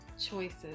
choices